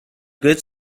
good